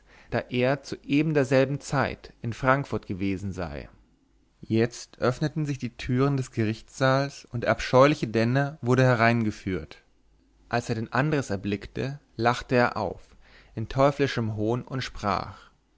da er zu ebenderselben zeit in frankfurt gewesen sei jetzt öffneten sich die türen des gerichtssaals und der abscheuliche denner wurde hereingeführt als er den andres erblickte lachte er auf in teuflischem hohn und sprach